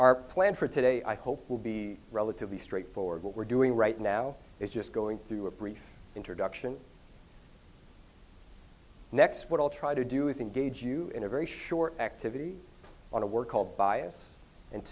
our plan for today i hope will be relatively straightforward what we're doing right now is just going through a brief introduction next what i'll try to do is engage you in a very short activity on a work called bias and